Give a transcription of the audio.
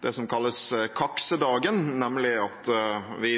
det som kalles kaksedagen, nemlig at vi